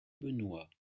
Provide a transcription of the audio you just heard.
benoit